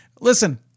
listen